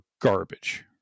garbage